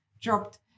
dropped